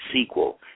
sequel